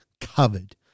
covered